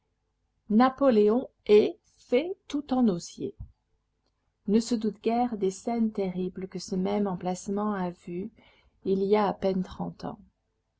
napoleon est fait tout en osier ne se doutent guère des scènes terribles que ce même emplacement a vues il y a à peine trente ans